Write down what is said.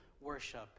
worship